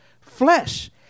flesh